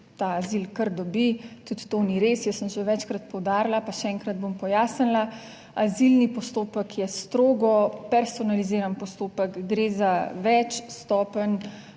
ta azil kar dobi. Tudi to ni res. Jaz sem že večkrat poudarila, pa še enkrat bom pojasnila, azilni postopek je strogo personaliziran postopek, gre za več stopenj,